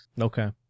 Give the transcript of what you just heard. Okay